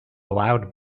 loud